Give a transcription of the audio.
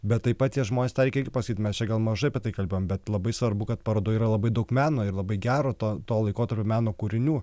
bet taip pat tie žmonės tą irgi reikia pasakyti mes čia gal mažai apie tai kalbėjom bet labai svarbu kad parodoje yra labai daug meno ir labai gero to to laikotarpio meno kūrinių